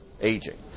aging